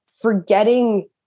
forgetting